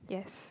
yes